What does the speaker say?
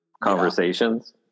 conversations